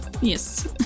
Yes